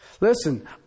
Listen